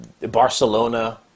barcelona